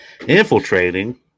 infiltrating